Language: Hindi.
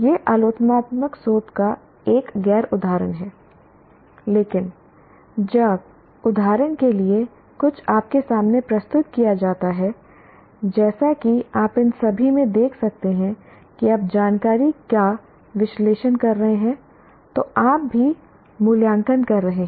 यह आलोचनात्मक सोच का एक गैर उदाहरण है लेकिन जब उदाहरण के लिए कुछ आपके सामने प्रस्तुत किया जाता है जैसा कि आप इन सभी में देख सकते हैं कि आप जानकारी का विश्लेषण कर रहे हैं तो आप भी मूल्यांकन कर रहे हैं